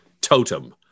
totem